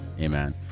Amen